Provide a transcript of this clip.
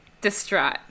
distraught